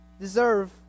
deserve